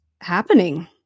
happening